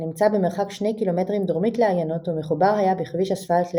הנמצא במרחק שני קילומטרים דרומית לעיינות ומחובר היה בכביש אספלט לעזה.